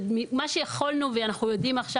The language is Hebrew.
מה שיכלנו ואנחנו יודעים עכשיו,